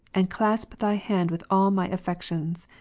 and clasp thy hand with all my affections,